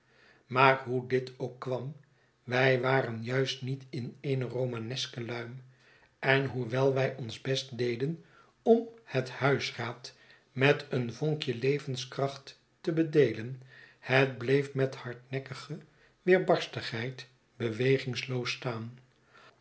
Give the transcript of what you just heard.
maar hoe dit ook kwam wij waren juist niet in eene romaneske luim en hoewel wij ons best deden om het huisraad met een vonkje levenskracht te bedeelen het bleef met hardnekkige weerbarstigheid bewegingloos staan